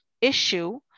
issue